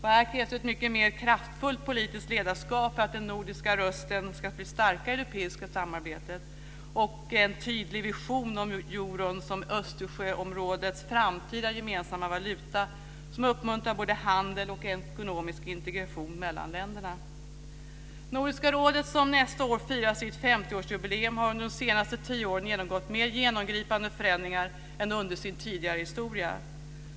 Här krävs ett mer kraftfullt politiskt ledarskap för att den nordiska rösten ska bli starkare i det europeiska samarbetet och en tydlig vision om euron som Östersjöområdets framtida gemensamma valuta som uppmuntrar handel och ekonomisk integration mellan länderna. årsjubileum, har under de senaste tio åren genomgått mer genomgripande förändringar än under sin tidigare historia.